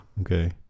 Okay